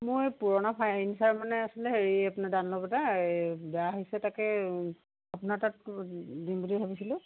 মই এই পুৰণা ফাৰ্ণিছাৰ মানে আছিলে হেৰি ডানলপ এটা এই বেয়া হৈছে তাকে আপোনাৰ তাত দিম বুলি ভাবিছিলোঁ